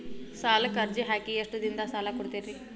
ಸಾಲಕ ಅರ್ಜಿ ಹಾಕಿ ಎಷ್ಟು ದಿನದಾಗ ಸಾಲ ಕೊಡ್ತೇರಿ?